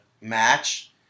match